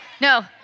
no